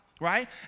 Right